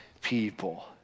people